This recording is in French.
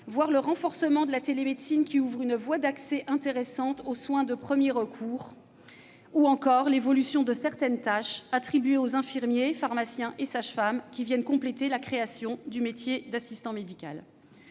le renforcement de la télémédecine, qui ouvre une voie d'accès intéressante aux soins de premier recours, ou l'évolution de certaines tâches attribuées aux infirmiers, pharmaciens et sages-femmes, qui complète la création du métier d'assistant médical.